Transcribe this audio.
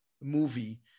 movie